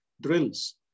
drills